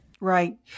Right